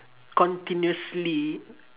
continuously